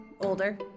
older